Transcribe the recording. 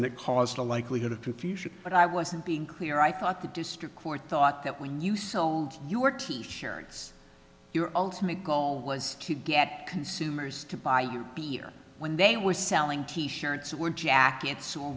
and it caused a likelihood of confusion but i wasn't being clear i thought the district court thought that when you saw your t shirts your ultimate goal was to get consumers to buy your beer when they were selling t shirts that were jackets or